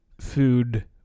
food